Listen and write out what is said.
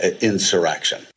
insurrection